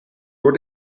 door